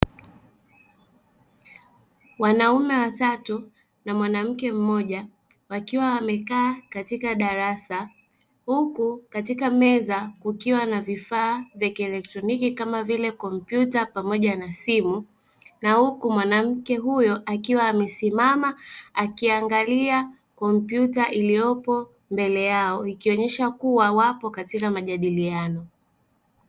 Wanaume watatu na mwanamke mmoja wakiwa wamekaa katika darasa, huku katika meza kukiwa na vifaa vya kielectroniki kama vile kompyuta pamoja na simu na huku mwanamke huyo akiwa amesimama akiangalia kompyuta iliyopo mbele yao ikionyesha kuwa wapo katika majadiliano.